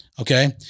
okay